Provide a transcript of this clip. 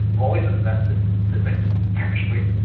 they've always been invested in physics, chemistry,